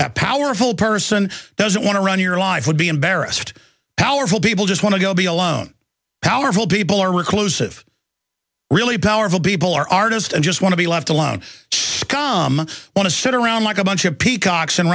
it powerful person doesn't want to run your life would be embarrassed powerful people just want to go be alone powerful people are reclusive really powerful people are artists and just want to be left alone to come want to sit around like a bunch of peacocks and